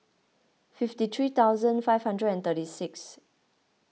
fifty three thousand five hundred and thirty six